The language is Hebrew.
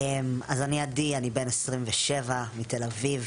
אז אני עדי, אני בן 27 מתל אביב.